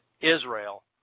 Israel